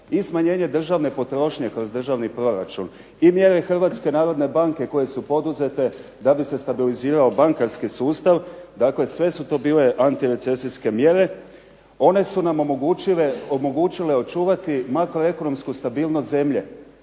i smanjenje državne potrošnje kroz državni proračun i mjere Hrvatske narodne banke koje su poduzete da bi se stabilizirao bankarski sustav, dakle sve su to bile antirecesijske mjere. One su nam omogućile očuvati makroekonomsku stabilnost zemlje,